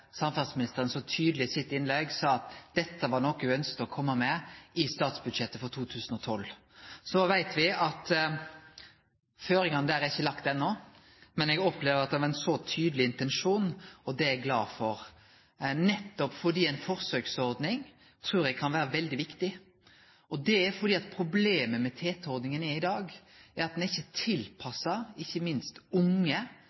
så tydeleg i sitt innlegg sa at dette var noko ho ønskte å kome med i statsbudsjettet for 2012. Så veit me at føringane der ikkje er lagde enno. Men eg opplever at det er ein tydeleg intensjon. Det er eg glad for, nettopp fordi eg trur ei forsøksordning kan vere veldig viktig. For problemet med TT-ordninga i dag er at ho ikkje